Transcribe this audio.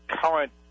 current